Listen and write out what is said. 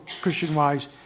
Christian-wise